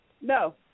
No